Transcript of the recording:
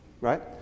right